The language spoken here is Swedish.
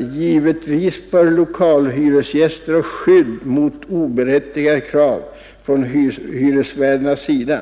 ”Givetvis bör lokalhyresgäster ha skydd mot oberättigade krav från hyresvärdarnas sida,